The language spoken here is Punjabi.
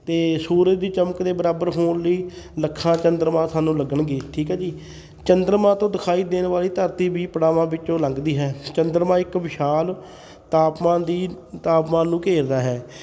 ਅਤੇ ਸੂਰਜ ਦੀ ਚਮਕ ਦੇ ਬਰਾਬਰ ਹੋਣ ਲਈ ਲੱਖਾਂ ਚੰਦਰਮਾ ਸਾਨੂੰ ਲੱਗਣਗੇ ਠੀਕ ਹੈ ਜੀ ਚੰਦਰਮਾ ਤੋਂ ਦਿਖਾਈ ਦੇਣ ਵਾਲੀ ਧਰਤੀ ਵੀ ਪੜਾਵਾਂ ਵਿੱਚੋਂ ਲੰਘਦੀ ਹੈ ਚੰਦਰਮਾ ਇੱਕ ਵਿਸ਼ਾਲ ਤਾਪਮਾਨ ਦੀ ਤਾਪਮਾਨ ਨੂੰ ਘੇਰਦਾ ਹੈ